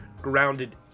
grounded